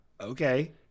Okay